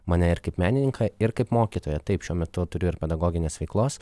mane ir kaip menininką ir kaip mokytoją taip šiuo metu turiu ir pedagoginės veiklos